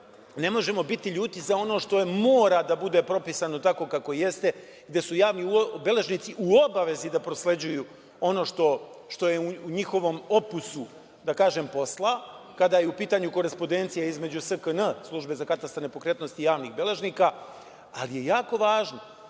ne možemo biti ljuti za ono što mora da bude propisano tako kako jeste, gde su javni beležnici u obavezi da prosleđuju ono što je u njihovom opusu, da kažem posla, kada je u pitanju korespodencija između Službe za katastar nepokretnosti javnih beležnika, ali je jako važno